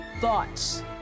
thoughts